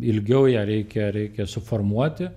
ilgiau ją reikia reikia suformuoti